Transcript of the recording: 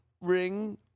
ring